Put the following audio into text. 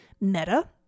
Meta